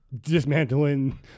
dismantling